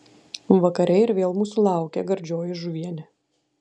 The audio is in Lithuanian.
vakare ir vėl mūsų laukė gardžioji žuvienė